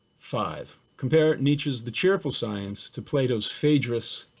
five compare nietzsche's the cheerful science to plato's phaedrus,